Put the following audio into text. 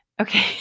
Okay